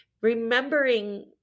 remembering